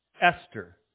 Esther